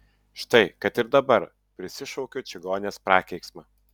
štai kad ir dabar prisišaukiu čigonės prakeiksmą